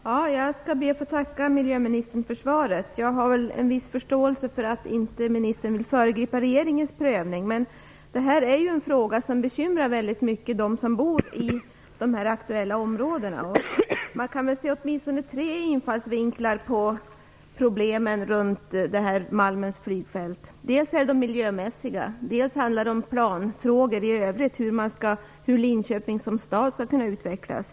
Herr talman! Jag ber att få tacka miljöministern för svaret. Jag har en viss förståelse för att ministern inte vill föregripa regeringens prövning, men detta är en fråga som mycket bekymrar dem som bor i de berörda områdena. Man kan ha åtminstone tre infallsvinklar på problemen med Malmens flygfält. För det första är dessa miljömässiga. För det andra handlar det om planfrågor om hur Linköping som stad skall utvecklas.